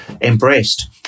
embraced